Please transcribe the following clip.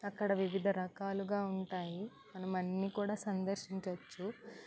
అక్కడ వివిధ రకాలుగా ఉంటాయి మనం అన్నీ కూడా సందర్శించవచ్చు